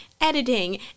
editing